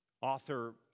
Author